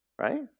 right